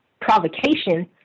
provocation